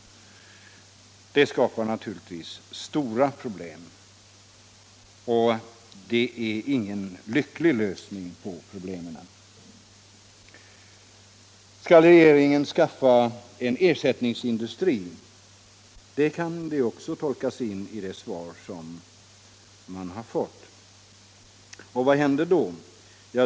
Det skapar naturligtvis stora problem, och det är ingen lycklig lösning. Skall regeringen skaffa en ersättningsindustri? Det kan man också tolka in i svaret att så kan bli fallet. Vad händer då?